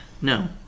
No